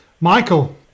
Michael